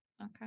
Okay